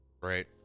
Right